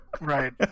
Right